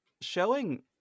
showing